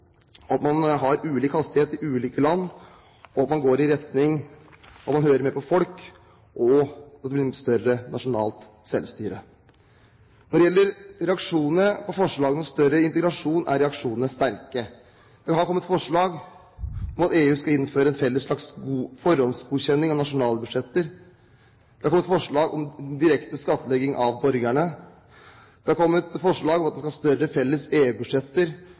at man har ulik hastighet i ulike land, at man går i retning av å høre mer på folk, og at det blir større nasjonalt selvstyre. Reaksjonene på forslagene om større integrasjon er sterke. Det har kommet forslag om at EU skal innføre en slags felles forhåndsgodkjenning av nasjonale budsjetter. Det har kommet forslag om direkte skattlegging av borgerne. Det har kommet forslag om